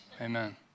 Amen